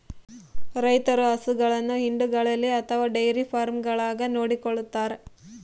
ರೈತರು ಹಸುಗಳನ್ನು ಹಿಂಡುಗಳಲ್ಲಿ ಅಥವಾ ಡೈರಿ ಫಾರ್ಮ್ಗಳಾಗ ನೋಡಿಕೊಳ್ಳುತ್ತಾರೆ